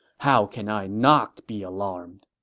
how can i not be alarmed?